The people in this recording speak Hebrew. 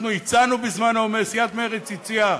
אנחנו הצענו בזמננו, סיעת מרצ הציעה,